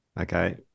okay